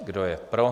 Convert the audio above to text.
Kdo je pro?